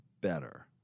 better